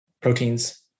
proteins